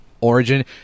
origin